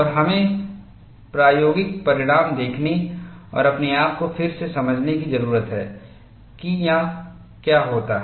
और हमें प्रायोगिक परिणाम देखने और अपने आप को फिर से समझाने की जरूरत है कि यह क्या होता है